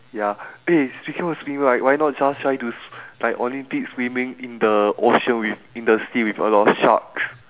ya eh speaking about swimming right why not just try to s~ like olympics swimming in the ocean with in the sea with a lot of sharks